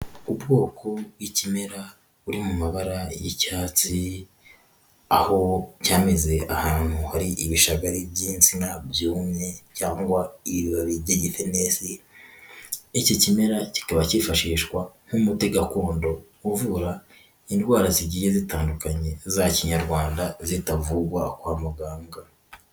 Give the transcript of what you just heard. Ubwoko bw'ikimera buri mu mabara y'icyatsi aho byameze ahantu hari ibishagari by'insina byumye cyangwa ibibabi by'igifenesi, iki kimera kikaba cyifashishwa nk'umuti gakondo uvura indwara zigiye zitandukanye za Kinyarwanda zitavurwa kwa muganga.